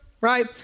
right